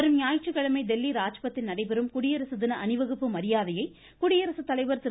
வரும் ஞாயிற்றுக்கிழமை டெல்லி ராஜ்பத்தில் நடைபெறும் குடியரசு தின அணிவகுப்பு மரியாதையை குடியரசுத்தலைவர் திரு